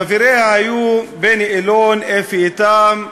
חבריה היו בני אלון, אפי איתם,